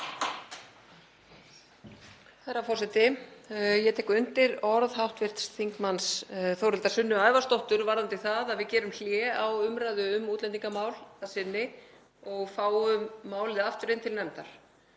Herra forseti. Ég tek undir orð hv. þm. Þórhildar Sunnu Ævarsdóttur varðandi það að við gerum hlé á umræðu um útlendingamál að sinni og fáum málið aftur inn til nefndar.